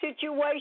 situation